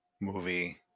movie